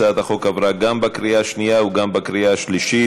הצעת החוק התקבלה גם בקריאה שנייה וגם בקריאה שלישית.